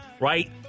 right